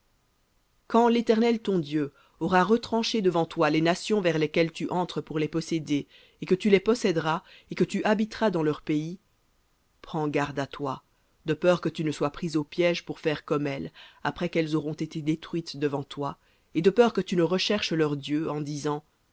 quand l'éternel ton dieu aura retranché devant toi les nations vers lesquelles tu entres pour les posséder et que tu les possèderas et que tu habiteras dans leur pays prends garde à toi de peur que tu ne sois pris au piège pour faire comme elles après qu'elles auront été détruites devant toi et de peur que tu ne recherches leurs dieux en